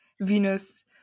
Venus